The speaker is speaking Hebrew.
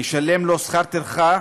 לשלם לו שכר טרחה